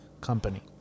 company